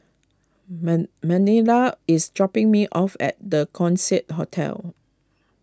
Men Manila is dropping me off at the Keong Saik Hotel